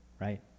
right